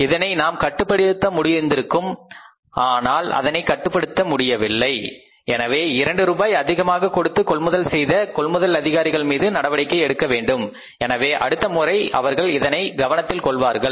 இதனை நாம் கட்டுப்படுத்தியிருக்க முடியும் ஆனால் அதனை கட்டுபடுத்த முடியவில்ல எனவே இரண்டு ரூபாய் அதிகமாக கொடுத்து கொள்முதல் செய்த கொள்முதல் அதிகாரிகள் மீது நடவடிக்கை எடுக்கப்பட வேண்டும் எனவே அடுத்த முறை அவர்கள் அதனை கவனத்தில் கொள்வார்கள்